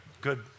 good